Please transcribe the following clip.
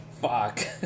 Fuck